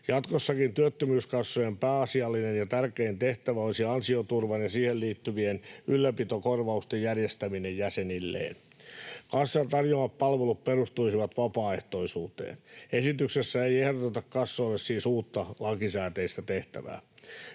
Jatkossakin työttömyyskassojen pääasiallinen ja tärkein tehtävä olisi ansioturvan ja siihen liittyvien ylläpitokorvausten järjestäminen jäsenilleen. Kassan tarjoamat palvelut perustuisivat vapaaehtoisuuteen. Esityksessä ei siis ehdoteta kassoille uutta lakisääteistä tehtävää.